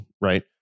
Right